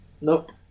Nope